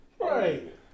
Right